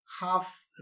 half